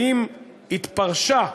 שאם התפרשה,